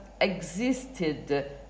existed